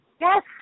Yes